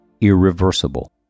irreversible